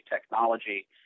technology